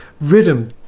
rhythm